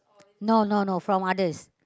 no no no from others